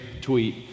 tweet